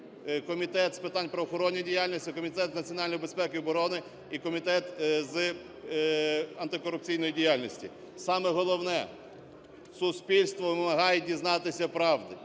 Комітет з питань правоохоронної діяльності, Комітет з національної безпеки і оборони і Комітет з антикорупційної діяльності. Саме головне, суспільство вимагає дізнатися правди.